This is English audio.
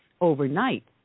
overnight